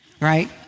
right